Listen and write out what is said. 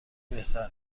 بهتر